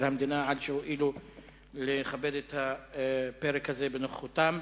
המדינה על שהואילו לכבד את הפרק הזה בנוכחותם.